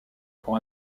pour